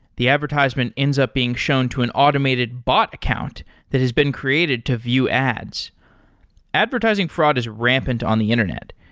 the advertisement ends up being shown to an automated bot account that has been created to view ads advertising fraud is rampant on the internet.